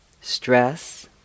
stress